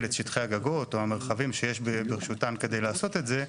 את שטחי הגגות או המרחבים שיש ברשותם כדי לעשות את זה,